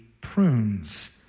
prunes